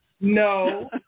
No